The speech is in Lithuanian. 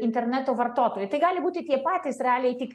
interneto vartotojų tai gali būti tie patys realiai tik